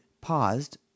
paused